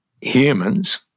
humans